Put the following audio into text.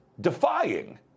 defying